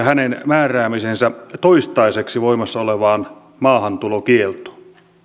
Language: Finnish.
hänen määräämisensä toistaiseksi voimassa olevaan maahantulokieltoon